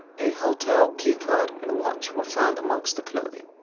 a hotel key card and watch were found amongst the clothing